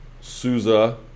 Souza